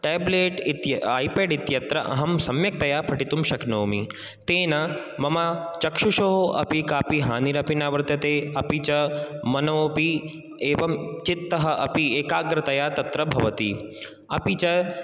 tablet इति iPad इत्यत्र अहं सम्यक्तया पठितुं शक्नोमि तेन मम चक्षुषोः अपि कापि हानिरपि न वर्तते अपि च मनो अपि एवं चित्तः अपि एकाग्रतया तत्र भवति अपि च